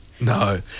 No